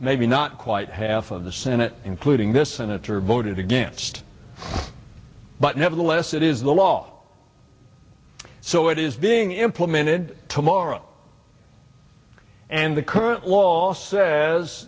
maybe not quite half of the senate including this senator voted against it but nevertheless it is the law so it is being implemented tomorrow and the current law says